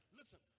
Listen